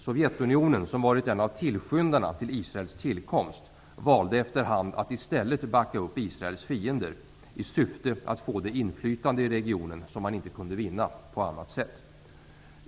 Sovjetunionen, som har varit en av tillskyndarna till Israels tillkomst, valde efter hand att i stället backa upp Israels fiender i syfte att få det inflytande i regionen som man inte kunde vinna på annat sätt.